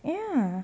ya